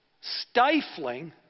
Stifling